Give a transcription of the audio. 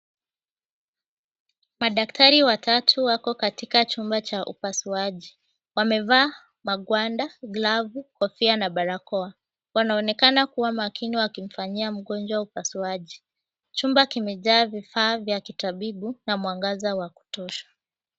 Madaktari watatu wako katika chumba cha upasuaji. Wamevaa magwanda, glovu, kofia na barakoa. wanaonekana kuwa makini wakimfanyia mgonjwa upasuaji. Chumba kimejaa vifaa vya kitabibu na mwangaza wa kutosha.